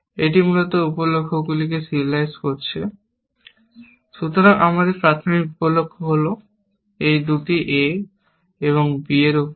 এটি মূলত উপ লক্ষ্যগুলিকে সিরিয়ালাইজ করছে। সুতরাং আমাদের প্রাথমিক উপ লক্ষ্য হল দুটি a b এর উপর